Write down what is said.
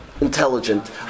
intelligent